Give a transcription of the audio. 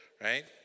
Right